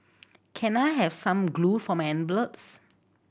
can I have some glue for my envelopes